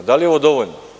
Da li je ovo dovoljno?